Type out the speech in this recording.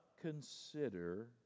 consider